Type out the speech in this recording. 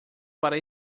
para